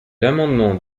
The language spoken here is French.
l’amendement